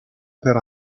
per